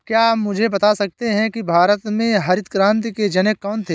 क्या आप मुझे बता सकते हैं कि भारत में हरित क्रांति के जनक कौन थे?